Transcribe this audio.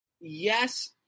yes